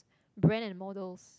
brand and models